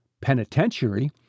penitentiary